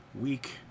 week